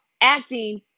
acting